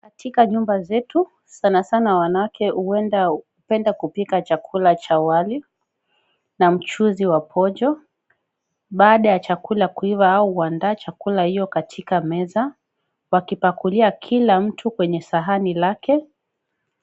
Katika nyumba zetu sana sana wanawake hupenda kupika chakula cha wali na mchuuzi wa pojo. Baada ya chakula kuiva wao huandaa chakula hiyo katika meza wakipakulia kila mtu kwenye sahani lake.